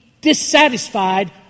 dissatisfied